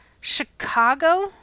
Chicago